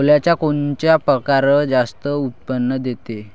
सोल्याचा कोनता परकार जास्त उत्पन्न देते?